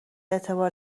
اعتبار